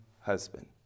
husband